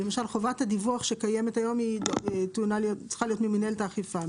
חובת הדיווח שקיימת היום צריכה להיות של מינהלת האכיפה.